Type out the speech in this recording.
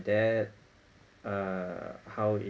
that uh how it